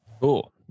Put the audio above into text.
cool